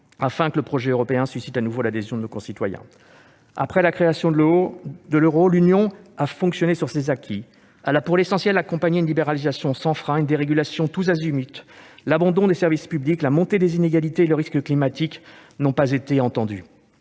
afin que le projet européen suscite à nouveau l'adhésion de nos concitoyens. Après la création de l'euro, l'Union européenne a fonctionné sur ses acquis. Elle a, pour l'essentiel, accompagné une libéralisation sans frein, une dérégulation tous azimuts, l'abandon des services publics, la montée des inégalités et le risque climatique. Cette posture